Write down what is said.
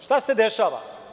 Šta se dešava?